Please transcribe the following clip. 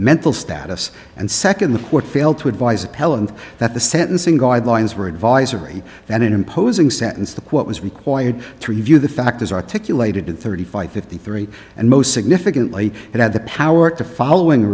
mental status and second the court failed to advise appellant that the sentencing guidelines were advisory and imposing sentence the quote was required to review the factors articulated thirty five fifty three and most significantly it had the power to following the